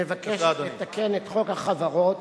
מבקשת לתקן את חוק החברות